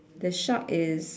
the shark is